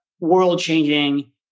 world-changing